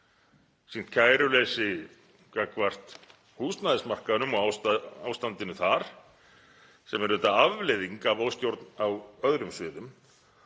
sýnt kæruleysi gagnvart húsnæðismarkaðnum og ástandinu þar sem er auðvitað afleiðing af óstjórn á öðrum sviðum.